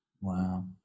Wow